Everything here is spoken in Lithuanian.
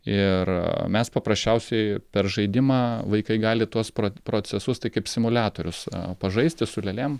ir mes paprasčiausiai per žaidimą vaikai gali tuos procesus tai kaip simuliatorius pažaisti su lėlėm